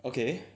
okay